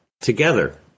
together